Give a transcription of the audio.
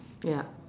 ya